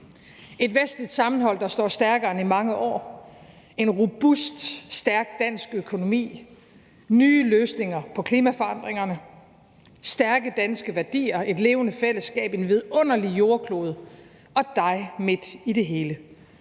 et vestligt sammenhold, der står stærkere end i mange år, en robust, stærk dansk økonomi, nye løsninger på klimaforandringerne, stærke danske værdier, et levende fællesskab, en vidunderlig jordklode og dig midt i det hele